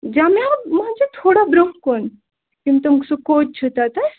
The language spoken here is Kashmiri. جامعہ مسجِد تھوڑا برٛونٛہہ کُن یِم تِم سُہ کوچ چھُ تَتس